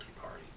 party